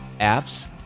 apps